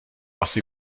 asi